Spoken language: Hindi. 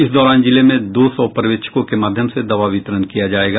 इस दौरान जिले में दो सौ पर्यवेक्षकों के माध्यमों से दवा वितरण किया जायेगा